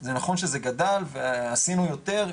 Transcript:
זה נכון שזה גדל ועשינו יותר,